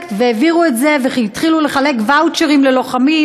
הפרויקט והעבירו את זה והתחילו לחלק ואוצ'רים ללוחמים,